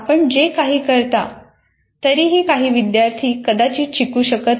आपण जे काही करता तरीही काही विद्यार्थी कदाचित शिकू शकत नाहीत